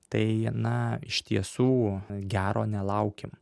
tai na iš tiesų gero nelaukim